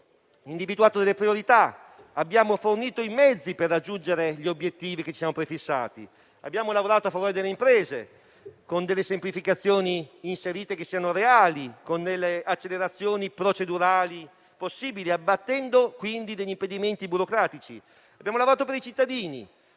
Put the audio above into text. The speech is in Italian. abbiamo individuato delle priorità, abbiamo fornito i mezzi per raggiungere gli obiettivi che ci siamo prefissati, abbiamo lavorato a favore delle imprese, inserendo semplificazioni che fossero reali, rendendo possibili delle accelerazioni procedurali, abbattendo quindi alcuni impedimenti burocratici; abbiamo lavorato per i cittadini.